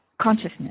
consciousness